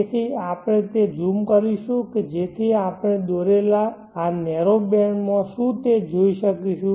તેથી આપણે તે ઝૂમ કરીશું કે જેથી આપણે દોરેલા આ નેરો બેન્ડ માં શું છે તે જોઈ શકીશું